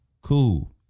cool